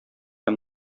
һәм